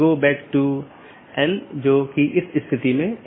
इसके बजाय BGP संदेश को समय समय पर साथियों के बीच आदान प्रदान किया जाता है